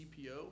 CPO